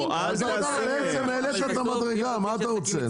בעצם העלית את המדרגה, מה אתה רוצה?